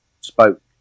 spoke